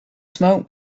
smoke